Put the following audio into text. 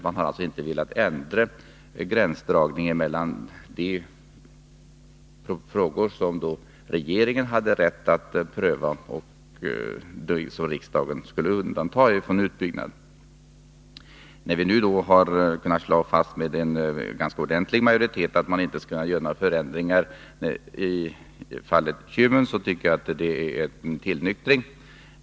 Man har alltså inte velat ändra gränsdragningen för vilka ärenden som regeringen har rätt att pröva i samband med vattenkraftsutbyggnad. Vi har nu med en ganska ordentlig majoritet kunnat slå fast att det inte skall kunna göras några förändringar i fallet Kymmen, och det tycker jag är en tillnyktring.